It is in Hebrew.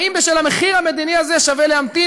האם בשל המחיר המדיני הזה שווה להמתין,